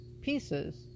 pieces